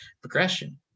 progression